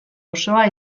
osoa